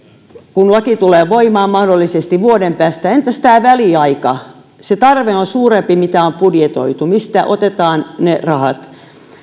kun laki tulee voimaan mahdollisesti vuoden päästä että entäs tämä väliaika se tarve on suurempi kuin on budjetoitu mistä otetaan ne rahat